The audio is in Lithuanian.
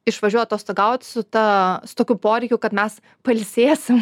išvažiuoja atostogaut su ta su tokiu poreikiu kad mes pailsėsim